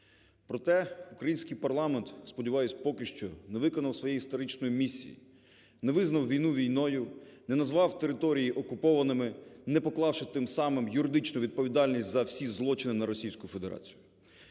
Проте український парламент – сподіваюсь, поки що – не виконав своєю історичної місії: не визнав війну війною, не назвав території окупованими, не поклавши тим самим юридичну відповідальність за всі злочини на Російську Федерацію.